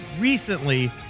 recently